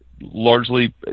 largely